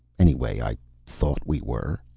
anyway, i thought we were.